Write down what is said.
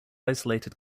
isolated